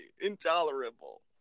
intolerable